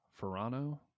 Ferrano